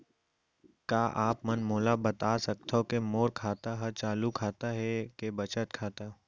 का आप मन मोला बता सकथव के मोर खाता ह चालू खाता ये के बचत खाता?